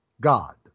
god